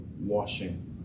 washing